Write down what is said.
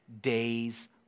days